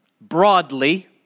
broadly